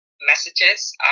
messages